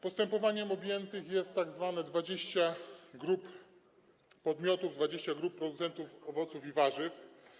Postępowaniem objętych jest 20 grup podmiotów, 20 grup producentów owoców i warzyw.